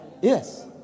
Yes